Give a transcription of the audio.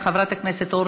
חבר הכנסת יואל חסון,